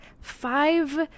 five